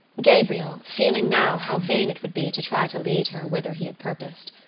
gabriel, feeling now how vain it would be to try to lead her whither he had purposed,